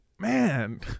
Man